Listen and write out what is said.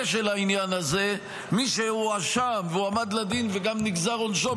של העניין הזה מי שהואשם והועמד לדין וגם נגזר עונשו,